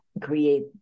create